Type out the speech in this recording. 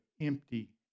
empty